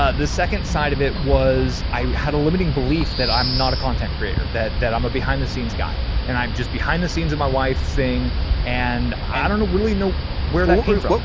ah the second side of it was i had a limiting belief that i'm not a content creator, that that i'm a behind the scenes guy and i'm just behind the scenes in my wife's thing and i don't really know where that came from.